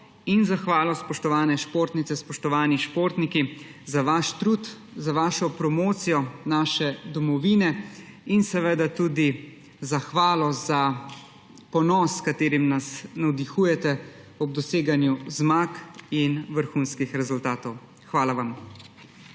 in zahvalo, spoštovane športnice, spoštovani športniki, za vaš trud, za vašo promocijo naše domovine in seveda tudi z zahvalo za ponos, s katerim nas navdihujete ob doseganju zmag in vrhunskih rezultatov. Hvala vam!